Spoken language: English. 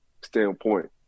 standpoint